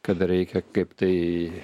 kad reikia kaip tai